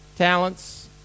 talents